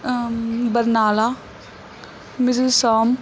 Barnala Mrs Som